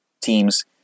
teams